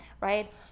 right